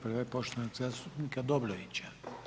Prva je poštovanog zastupnika Dobrovića.